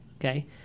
Okay